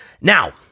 Now